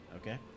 Okay